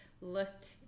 looked